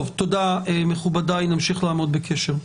תודה מכובדי, נמשיך לעמוד בקשר.